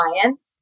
clients